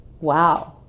wow